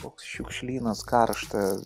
koks šiukšlynas karšta